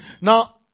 Now